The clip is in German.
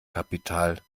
kapital